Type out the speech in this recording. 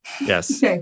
Yes